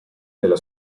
nella